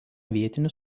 vietinių